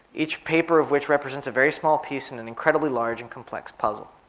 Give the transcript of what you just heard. each paper of which represents a very small piece in an incredibly large and complex puzzle.